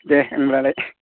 दे होमब्लालाय